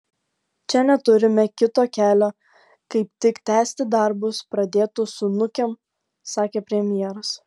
čia neturime kito kelio kaip tik tęsti darbus pradėtus su nukem sakė premjeras